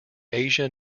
asia